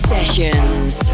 Sessions